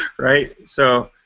right? so,